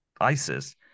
ISIS